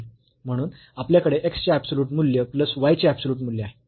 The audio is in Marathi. म्हणून आपल्याकडे x चे ऍबसोल्युट मूल्य प्लस y चे ऍबसोल्युट मूल्य आहे